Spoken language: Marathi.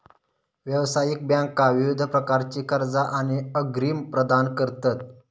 व्यावसायिक बँका विविध प्रकारची कर्जा आणि अग्रिम प्रदान करतत